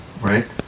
Right